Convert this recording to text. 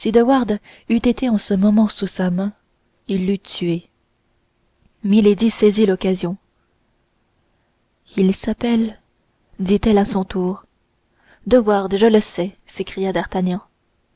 en ce moment sous sa main il l'eût tué milady saisit l'occasion il s'appelle dit-elle à son tour de wardes je le sais s'écria